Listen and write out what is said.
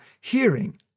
hearing